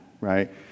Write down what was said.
right